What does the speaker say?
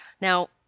Now